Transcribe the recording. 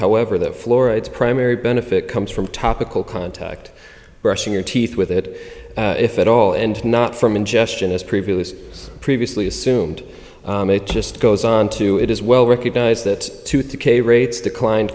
however that florida's primary benefit comes from topical contact brushing your teeth with it if it all ended not from ingestion as previous was previously assumed it just goes on to it is well recognised that tooth decay rates declined